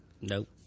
Nope